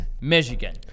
Michigan